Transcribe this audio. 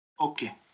Okay